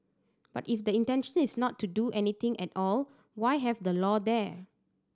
but if the intention is not to do anything at all why have the law there